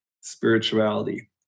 spirituality